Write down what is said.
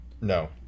No